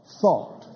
thought